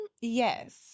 yes